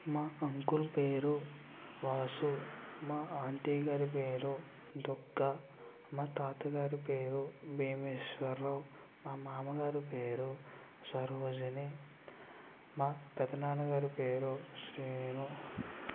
మా అంకుల్ పేరు వాసు మా ఆంటీ గారి పేరు దుర్గా మా తాత గారి పేరు భీమేశ్వరరావు మా మామ గారి పేరు సరోజిని మా పెదనాన్న గారి పేరు శ్రీను